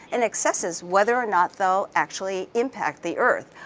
and assesses whether or not they'll actually impact the earth.